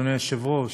אדוני היושב-ראש: